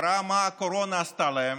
וראה מה הקורונה עשתה להם,